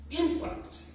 impact